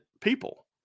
people